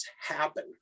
happen